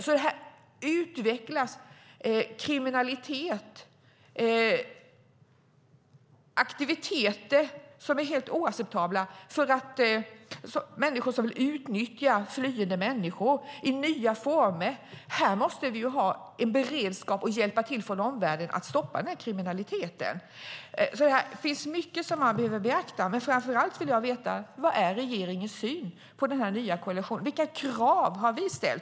Här utvecklas kriminalitet, aktiviteter, som är helt oacceptabla. Människor utnyttjar flyende människor i nya former. Här måste omvärlden visa beredskap och hjälpa till att stoppa den formen av kriminalitet. Här finns mycket att beakta. Vad är regeringens syn på den nya koalitionen? Vilka krav har Sverige ställt?